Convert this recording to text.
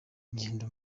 ingendo